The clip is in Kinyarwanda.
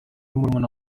murumuna